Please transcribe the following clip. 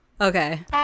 okay